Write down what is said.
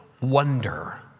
wonder